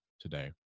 today